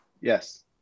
Yes